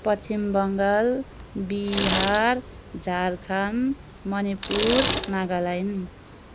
Paschim Bangal Bihar Jharkhand Manipur Nagaland